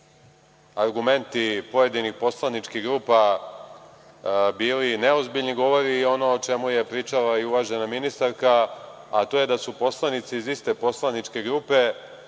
argumenti pojedinih poslaničkih grupa bili neozbiljni, govori i ono o čemu je pričala i uvažena minstarka, a to je da su poslanici iz iste poslaničke grupe